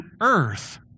earth